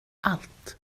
allt